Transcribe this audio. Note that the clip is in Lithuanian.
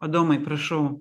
adomai prašau